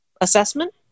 assessment